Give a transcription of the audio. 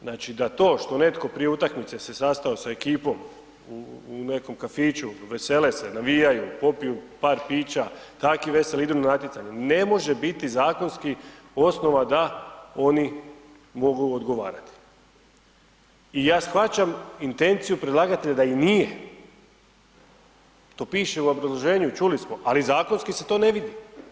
Znači da to što netko prije utakmice se sastao sa ekipom u nekom kafiću, vesele se, navijaju, popiju par pića i takvi veseli idu na natjecanje, ne može biti zakonski osnova da oni mogu odgovarati i ja shvaćam intenciju predlagatelja da i nije, to piše u obrazloženju, čuli smo, ali zakonski se to ne vidi.